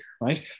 right